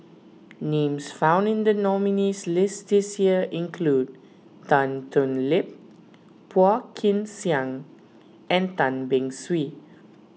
names found in the nominees' list this year include Tan Thoon Lip Phua Kin Siang and Tan Beng Swee